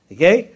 Okay